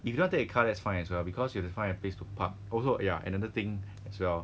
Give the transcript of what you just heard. if you don't want to take a car that's fine as well because you have to find a place to park also ya another thing as well